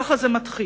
כך זה מתחיל.